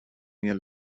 mir